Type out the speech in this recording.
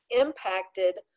impacted